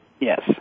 Yes